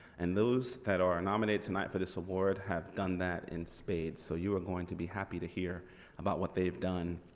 and those that are nominated tonight for this award have done that in spades so you are going to be happy to hear about what they've done.